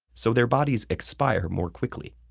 so their bodies expire more quickly.